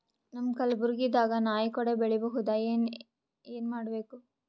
ನಮ್ಮ ಕಲಬುರ್ಗಿ ದಾಗ ನಾಯಿ ಕೊಡೆ ಬೆಳಿ ಬಹುದಾ, ಏನ ಏನ್ ಮಾಡಬೇಕು?